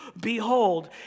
behold